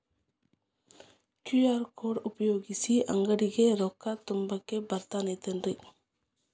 QR code ಉಪಯೋಗಿಸಿ, ಅಂಗಡಿಗೆ ರೊಕ್ಕಾ ತುಂಬಾಕ್ ಬರತೈತೇನ್ರೇ?